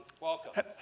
Welcome